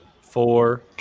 four